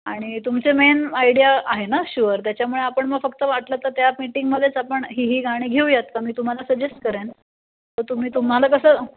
आणि तुमचे main idea आहे ना शुअर त्याच्यामुळे आपण मग फक्त वाटलं तर त्या मीटिंगमध्येच आपण ही ही गाणी घेऊयात का मी तुम्हाला सजेस्ट करेन तर तुम्ही तुम्हाला कसं